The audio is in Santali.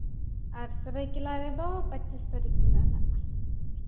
ᱟᱨ ᱥᱟᱹᱨᱟᱹᱭᱠᱮᱞᱟ ᱨᱮᱫᱚ ᱯᱚᱸᱪᱤᱥ ᱛᱟᱹᱨᱤᱠᱷ ᱢᱮᱱᱟᱜᱼᱟ ᱦᱟᱸᱜ